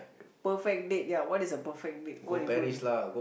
perfect date ya what is a perfect date what you do in a date